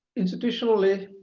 institutionally,